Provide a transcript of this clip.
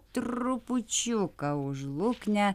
trupučiuką už luknę